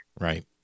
Right